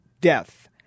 death